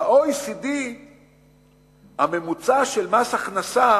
ב-OECD הממוצע של מס הכנסה